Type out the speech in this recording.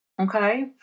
Okay